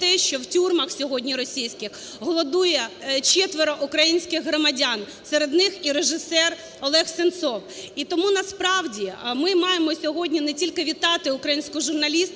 що в тюрмах сьогодні російських голодує четверо українських громадян, серед них і режисер Олег Сенцов. І тому насправді ми маємо сьогодні не тільки вітати українську журналістику,